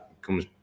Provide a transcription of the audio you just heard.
comes